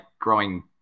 growing